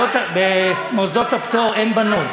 אין בנות,